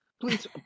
Please